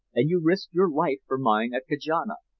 and you risked your life for mine at kajana,